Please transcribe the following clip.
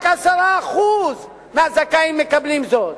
רק 10% מהזכאים מקבלים זאת.